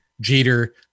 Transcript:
Jeter